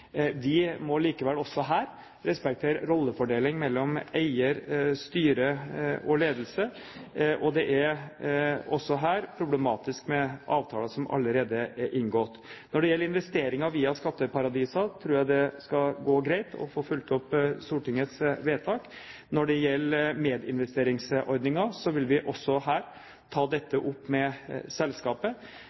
De må likevel også her respektere rollefordeling mellom eier, styre og ledelse, og det er også her problematisk med avtaler som allerede er inngått. Når det gjelder investeringer via skatteparadiser, tror jeg det skal gå greit å få fulgt opp Stortingets vedtak. Når det gjelder medinvesteringsordningen, vil vi også her ta dette opp med selskapet.